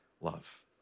love